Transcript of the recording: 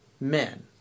men